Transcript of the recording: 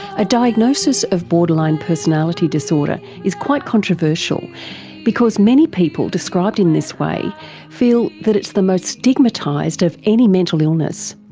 a diagnosis of borderline personality disorder is quite controversial because many people described in this way feel that it's the most stigmatised of any mental illness.